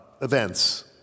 events